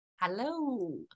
Hello